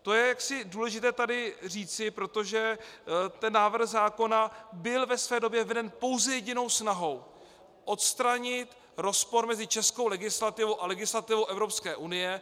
To je důležité tady říci, protože ten návrh zákona byl ve své době veden pouze jedinou snahou odstranit rozpor mezi českou legislativou a legislativou Evropské unie.